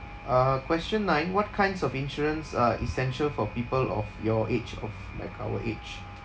uh question nine what kinds of insurance are essential for people of your age of like our age